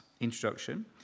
introduction